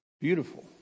beautiful